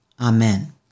Amen